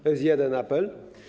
To jest jeden apel.